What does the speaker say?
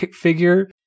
figure